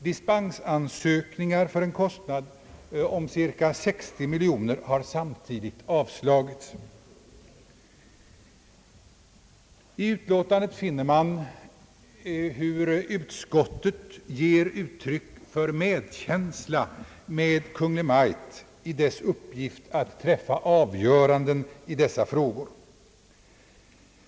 Dispensansökningar för en kostnad om cirka 60 miljoner kronor har samtidigt avslagits. I utlåtandet finner man hur utskottet ger uttryck för medkänsla med Kungl. Maj:t i dess uppgift att träffa avgöranden i dessa frågor.